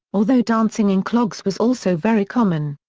although dancing in clogs was also very common.